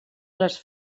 les